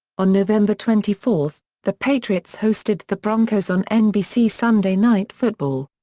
on november twenty four, the patriots hosted the broncos on nbc sunday night football.